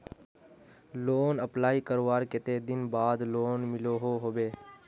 Loan apply करवार कते दिन बाद लोन मिलोहो होबे?